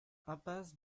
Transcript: impasse